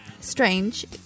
strange